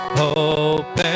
hope